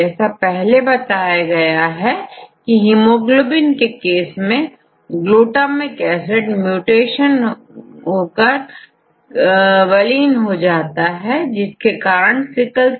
जैसे पहले समझाया गया है की हिमोग्लोबिन के केस में ग्लूटामिक एसिड म्यूटेशन होकर वलीन आ जाता है जिसके कारण सिकल सेल एनीमिया देखा जाता है